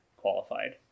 qualified